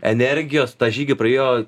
energijos tą žygį praėjo